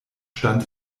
stand